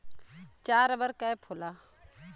चार rubber cap होला